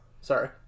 Sorry